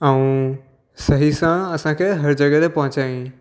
ऐं सही सां असांखे हर जॻहि ते पहुचाईं